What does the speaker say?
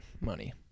money